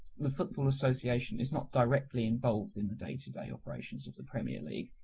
the football association is not directly involved in the day-to-day operations of the premier league,